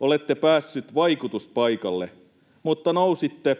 Olette päässyt vaikutuspaikalle, mutta nousitte